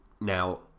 Now